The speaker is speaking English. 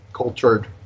cultured